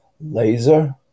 laser